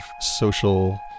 social